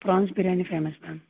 prawns biryani famous ma'am